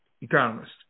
economist